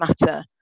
matter